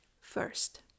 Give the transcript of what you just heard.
first